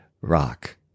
rock